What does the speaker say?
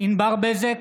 ענבר בזק,